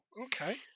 Okay